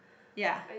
ya